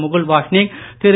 Mukul Wasnik Thiru